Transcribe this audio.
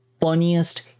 funniest